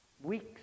weeks